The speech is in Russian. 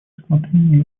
рассмотрения